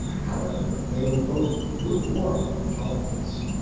however, they were both lukewarm in politics.